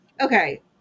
Okay